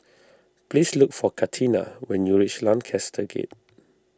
please look for Katina when you reach Lancaster Gate